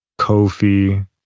Kofi